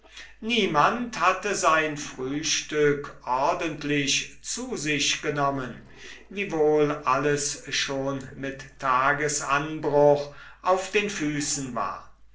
niemand hatte sein frühstück ordentlich zu sich genommen wiewohl alles schon mit tagesanbruch auf den füßen war